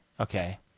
Okay